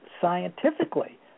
scientifically